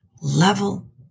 level